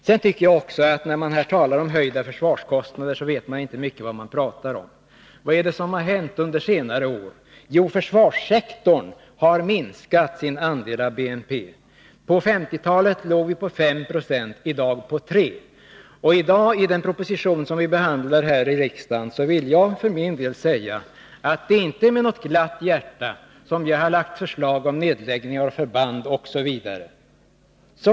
Jag tycker att man, när man talar om höjda försvarskostnader, inte särskilt väl vet vad man talar om. Vad är det då som har hänt under senare år? Jo, försvarssektorn har minskat sin andel av BNP. På 1950-talet låg vi på 5 90, i dag ligger vi på 3 26 och när det gäller den proposition som vi i dag behandlar här i riksdagen vill jag för min del säga att det inte är med glatt hjärta jag har lagt förslag om nedläggning av förband osv.